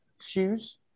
shoes